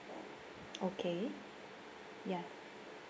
okay ya